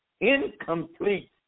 incomplete